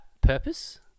purpose